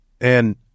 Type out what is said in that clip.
and-